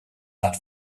that